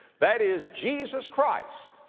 that is, jesus christ,